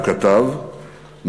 הוא כתב,